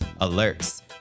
Alerts